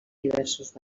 diversos